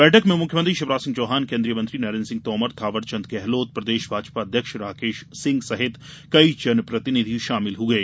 बैठक में मुख्यमंत्री शिवराज सिंह चौहान केन्द्रीय मंत्री नरेन्द्र सिंह तोमर थावरचंद गेहलोत प्रदेश भाजपा अध्यक्ष राकेश सिंह सहित कई जनप्रतिनिधि शामिल हुये